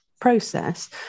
process